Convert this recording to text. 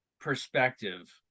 perspective